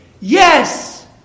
Yes